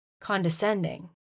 condescending